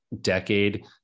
decade